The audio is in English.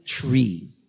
tree